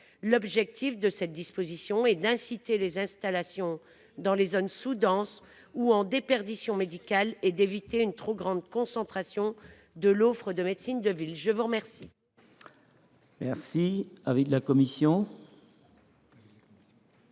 L’objectif de cette disposition est d’inciter les installations dans les zones sous denses ou en déperdition médicale et d’éviter une trop grande concentration de l’offre de médecine de ville. Quel